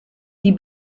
die